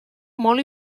molt